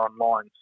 online